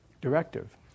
directive